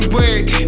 work